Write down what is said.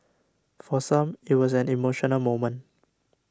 for some it was an emotional moment